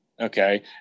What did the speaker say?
Okay